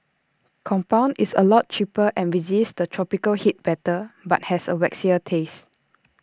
compound is A lot cheaper and resists the tropical heat better but has A waxier taste